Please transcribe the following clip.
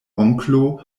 onklo